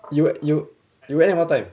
you you you end at what time